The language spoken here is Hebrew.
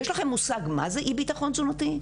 יש לכם מושג מה זה אי ביטחון תזונתי?